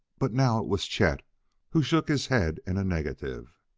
but now it was chet who shook his head in a negative.